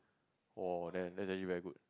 oh then that's actually very good